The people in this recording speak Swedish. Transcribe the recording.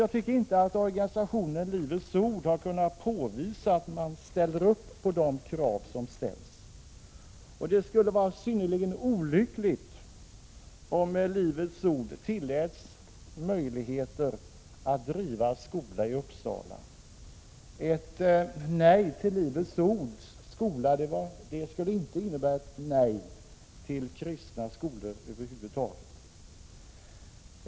Jag tycker inte att organisationen Livets ord har kunnat påvisa att man accepterar de krav som ställs, och det skulle vara synnerligen olyckligt om Livets ord finge möjlighet att driva en skola i Uppsala. Ett nej till Livets ords skola skulle inte innebära ett nej till kristna skolor över huvud taget.